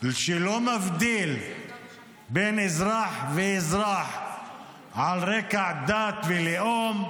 ושלא מבדיל בין אזרח לאזרח על רקע דת ולאום,